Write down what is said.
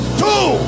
two